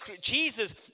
Jesus